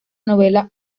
novela